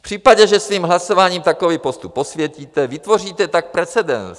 V případě, že svým hlasováním takový postup posvětíte, vytvoříte tak precedens.